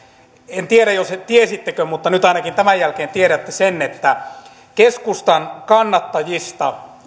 en tiedä tiesittekö mutta nyt ainakin tämän jälkeen tiedätte sen että keskustan kannattajista